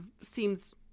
seems